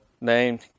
named